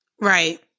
Right